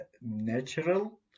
natural